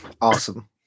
Awesome